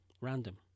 random